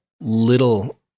little